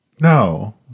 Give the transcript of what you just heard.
no